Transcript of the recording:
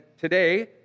today